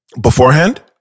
beforehand